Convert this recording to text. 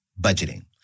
budgeting